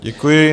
Děkuji.